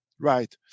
right